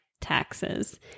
taxes